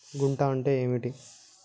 గుంట అంటే ఏంది?